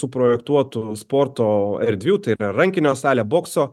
suprojektuotų sporto erdvių tai yra rankinio salę bokso